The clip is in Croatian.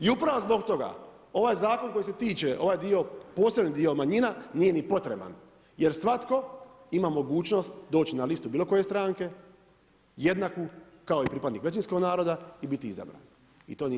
I upravo zbog toga ovaj zakon koji se tiče ovaj dio, posebni dio manjina, nije ni potreban jer svatko ima mogućnost doći na listu bilokoje stranke, jednaku kao i pripadnik većinskog naroda i biti izabran i to nije